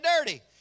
dirty